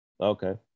okay